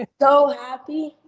ah so happy.